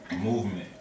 movement